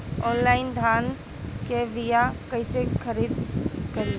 Online धान के बीया कइसे खरीद करी?